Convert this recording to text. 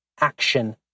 action